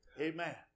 Amen